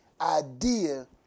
idea